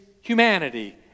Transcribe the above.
humanity